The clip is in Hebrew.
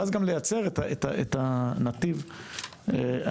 ואז גם לייצר את הנתיב הנכון,